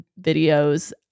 videos